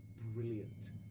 brilliant